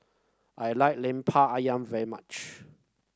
I like lemper ayam very much